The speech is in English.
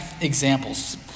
examples